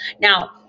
Now